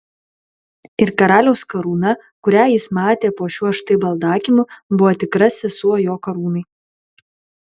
ir karaliaus karūna kurią jis matė po šiuo štai baldakimu buvo tikra sesuo jo karūnai